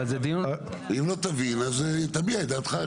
אבל זה דיון --- אם לא תבין אז תביע את דעתך.